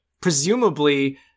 presumably